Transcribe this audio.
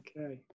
Okay